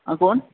आं कोण